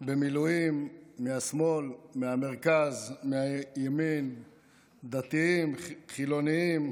במילואים מהשמאל, מהמרכז, מהימין, דתיים, חילונים,